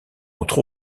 entre